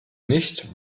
nicht